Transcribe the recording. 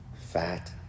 fat